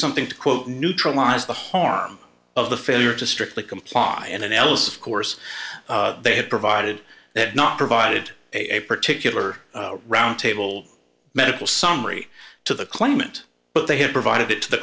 something to quote neutralize the harm of the failure to strictly comply and analysis of course they have provided had not provided a particular round table medical summary to the claimant but they have provided it to the